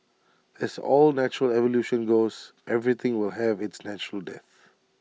as all natural evolution goes everything will have its natural death